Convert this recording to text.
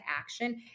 action